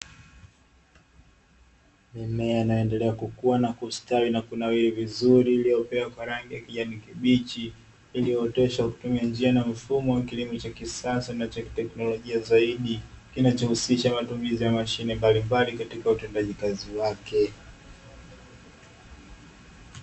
Mimea inayoendelea kukuwa na kustawi na kunawiri vizuri iliyokolea kwa rangi ya kijani kibichi iliyooteshwa kwa kutumia njia na mfumo wa kilimo cha kisasa na cha teknolojia zaidi, kinachohusisha matumizi ya mashine mbalimbali katika utendaji kazi wake.